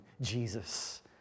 Jesus